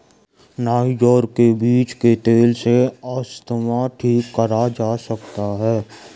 niger के बीज के तेल से अस्थमा ठीक करा जा सकता है